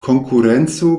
konkurenco